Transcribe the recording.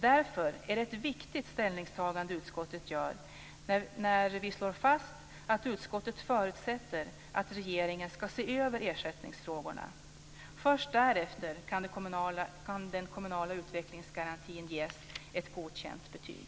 Därför är det ett viktigt ställningstagande utskottet gör när vi slår fast att utskottet förutsätter att regeringen ska se över ersättningsfrågorna. Först därefter kan den kommunala utvecklingsgarantin ges ett godkänt betyg.